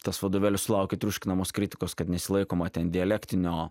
tas vadovėlis sulaukė triuškinamos kritikos kad nesilaikoma ten dialektinio